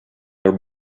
your